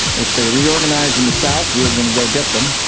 if they reorganise in the south we going to go get them,